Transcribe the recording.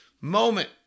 moment